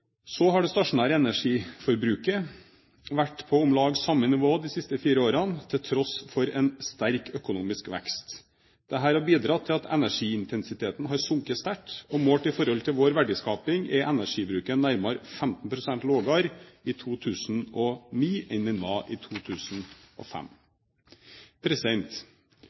Så har det stasjonære energiforbruket vært på om lag samme nivå de siste fire årene, til tross for en sterk økonomisk vekst. Dette har bidratt til at energiintensiteten har sunket sterkt, og målt i forhold til vår verdiskaping er energibruken nærmere 15 pst. lavere i 2009 enn den var i